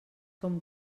com